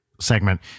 segment